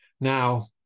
Now